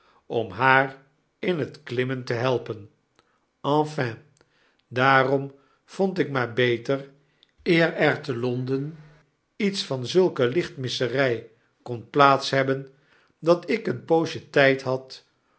om haar in het klimmen te helpen enfin daarom vond ik maar beter eer er te londen iets van zulke lichtmissery kon plaats hebben dat ik een poosje tjjd had